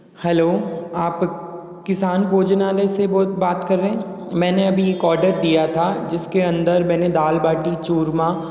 hello आप किसान भोजनालय से बात कर रहे हैं मैंने अभी एक आर्डर दिया था जिसके अंदर मैंने दाल बाटी चूरमा